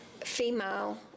female